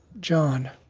john